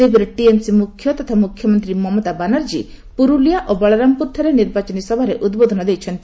ସେହିପରି ଟିଏମସି ମୁଖ୍ୟ ତଥା ମୁଖ୍ୟମନ୍ତ୍ରୀ ମମତା ବାନାର୍ଚ୍ଚୀ ପୁରୁଲିଆ ଓ ବଳରାମପୁରଠାରେ ନିର୍ବାଚନୀ ସଭାରେ ଉଦ୍ବୋଧନ ଦେଇଛନ୍ତି